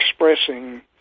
expressing